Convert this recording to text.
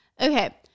Okay